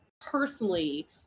personally